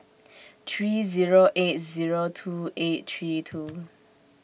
three Zero eight Zero two eight three two